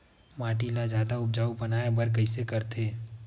माटी ला जादा उपजाऊ बनाय बर कइसे करथे?